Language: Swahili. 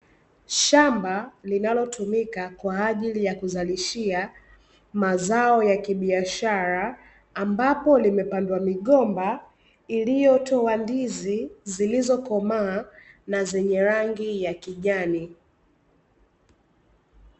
Shamba linalotumika kwaajili ya kuzalishia mazao ya kibiashara, ambapo limepandwa migomba iliyotoa ndizi zilizokomaa na zenye rangi ya kijani.